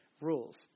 rules